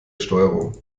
steuerung